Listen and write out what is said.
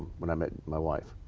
when i met my wife.